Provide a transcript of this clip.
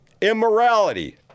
Immorality